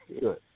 Good